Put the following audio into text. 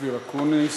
אופיר אקוניס.